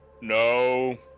No